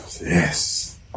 Yes